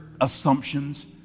assumptions